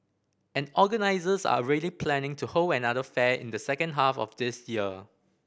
and organisers are ready planning to hold another fair in the second half of this year